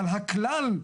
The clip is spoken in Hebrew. אבל הכלל,